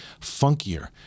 funkier